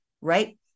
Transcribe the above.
Right